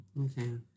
Okay